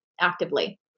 actively